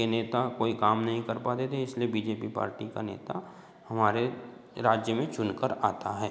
के नेता कोई काम नहीं कर पाते थे इसलिए बी जे पी पार्टी का नेता हमारे राज्य में चुनकर आता है